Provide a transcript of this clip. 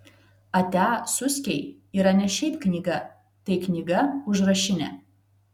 atia suskiai yra ne šiaip knyga tai knyga užrašinė